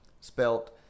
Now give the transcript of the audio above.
spelt